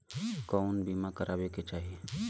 कउन बीमा करावें के चाही?